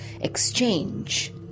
exchange